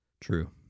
true